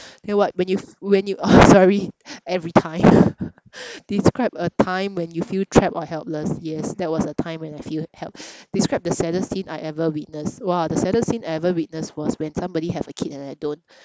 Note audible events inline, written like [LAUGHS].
then what when you when you uh [LAUGHS] sorry every time [LAUGHS] describe a time when you feel trapped or helpless yes that was a time when I feel help~ describe the saddest thing I ever witnessed !wah! the saddest scene I ever witness was when somebody have a kid and I don't